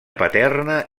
paterna